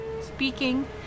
speaking